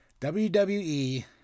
WWE